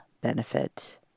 benefit